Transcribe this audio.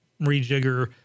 rejigger